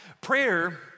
Prayer